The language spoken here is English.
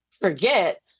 forget